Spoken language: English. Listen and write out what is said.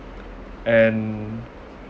and